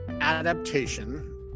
adaptation